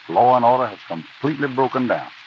law and order have completely broken down.